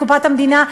לקופת המדינה,